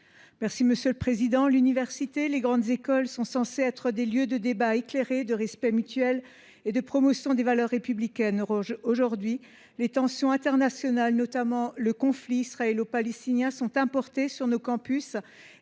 explication de vote. L’université et les grandes écoles sont censées être des lieux de débat éclairé, de respect mutuel et de promotion des valeurs républicaines. Aujourd’hui, les tensions internationales, et notamment le conflit israélo palestinien, sont importées sur nos campus.